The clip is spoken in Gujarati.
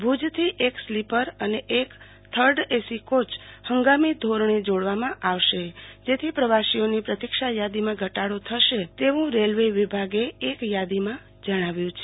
ભુજ થી એક સ્લીપર અને એક થર્ડ એસી કોય હંગામી ધોરણે જોડવામાં આવશે જેથી પ્રવાસીઓની પ્રતિક્ષાયાદીમાં ઘટાડો થશે તેવુ રેલ્વે વિભાજો એક યાદીમાં જણાવ્યુ છે